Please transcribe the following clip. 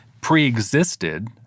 pre-existed